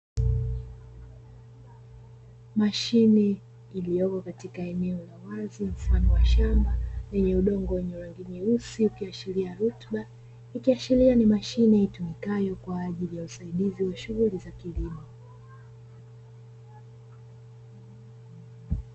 Mashine iliyoko katika eneo la wazi mfano wa shamba lenye udongo wenye rangi nyeusi ukiashiria rutuba, ikiashiria ni mashine itumikayo kwaajili ya usaidizi wa shughuli za kilimo.